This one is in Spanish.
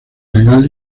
legal